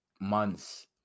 months